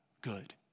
good